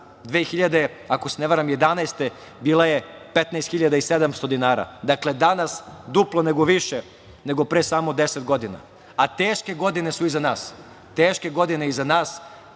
varam, bila je 15.700 dinara. Dakle, danas duplo nego više nego pre samo 10 godina, a teške godine su iza nas. Teške godine iza nas,